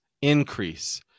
Increase